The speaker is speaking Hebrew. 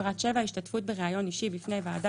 פרט 7 השתתפות בראיון אישי בפני ועדה